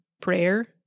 prayer